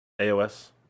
AOS